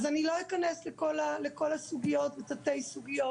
אני לא אכנס לכל הסוגיות ותתי הסוגיות.